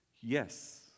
Yes